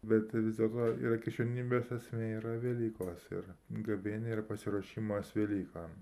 bet vis dėlto yra krikščionybės esmė yra velykos ir gavėnia ir pasiruošimas velykom